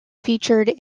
featured